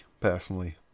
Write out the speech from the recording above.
personally